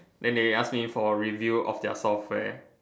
then they ask me for a review of their software